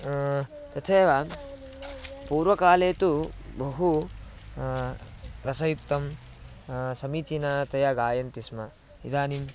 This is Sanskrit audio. तथैव पूर्वकाले तु बहु रसयुक्तं समीचीनतया गायन्ति स्म इदानीं